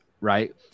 right